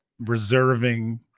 reserving